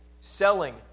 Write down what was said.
selling